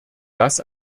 das